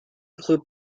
include